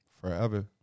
forever